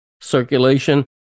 circulation